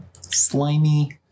slimy